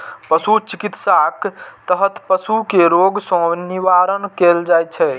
पशु चिकित्साक तहत पशु कें रोग सं निवारण कैल जाइ छै